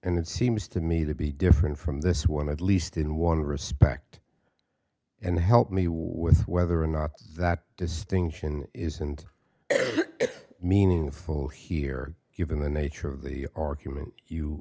and it seems to me to be different from this one at least in one respect and help me with whether or not that distinction is and meaningful here given the nature of the argument you